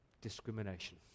discrimination